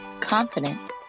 confident